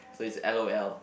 so is l_o_l